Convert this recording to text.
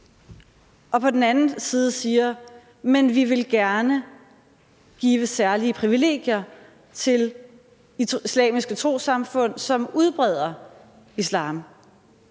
og på den anden side siger, at man gerne vil give særlige privilegier til islamiske trossamfund, som udbreder islam.